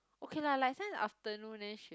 okay lah like sometimes afternoon then she